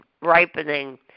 ripening